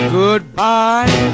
goodbye